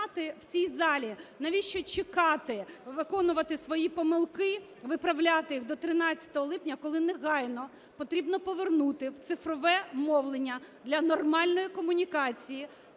в цій залі: навіщо чекати виконувати свої помилки, виправляти їх до 13 липня, коли негайно потрібно повернути в цифрове мовлення для нормальної комунікації